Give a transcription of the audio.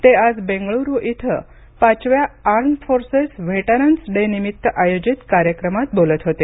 ते आज बेंगळुरु इथं पाचव्या आर्म्ड फोर्सेस व्हेटरन्स डे निमित्त आयोजित कार्यक्रमात बोलत होते